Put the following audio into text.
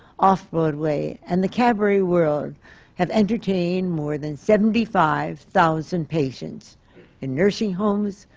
off-broadway and the cabaret world have entertained more than seventy five thousand patients in nursing homes,